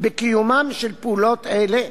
בקיום פעולות אלה